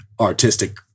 artistic